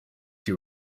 you